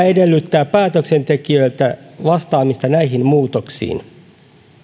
edellyttää päätöksentekijöiltä vastaamista näihin muutoksiin